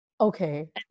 Okay